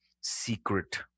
secret